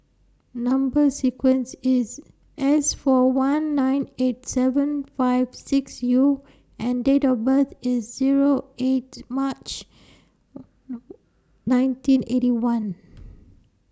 Number sequence IS S four one nine eight seven five six U and Date of birth IS Zero eight March nineteen Eighty One